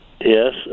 yes